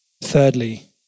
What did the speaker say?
Thirdly